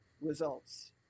results